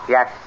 Yes